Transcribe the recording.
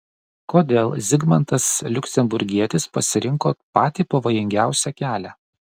kodėl zigmantas liuksemburgietis pasirinko patį pavojingiausią kelią